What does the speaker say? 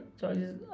choices